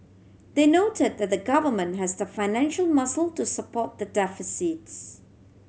they noted that the Government has the financial muscle to support the deficits